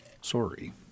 sorry